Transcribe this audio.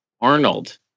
Arnold